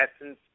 Essence